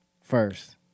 first